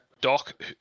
Doc